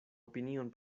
opinion